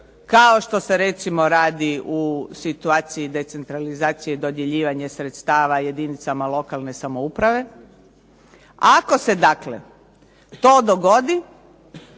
kao što se recimo radi u situaciji decentralizacije dodjeljivanja sredstava jedinicama lokalne samouprave. Ako se dakle to dogodi